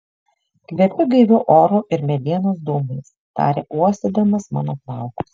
kvepi gaiviu oru ir medienos dūmais tarė uostydamas mano plaukus